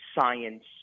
science